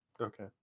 Okay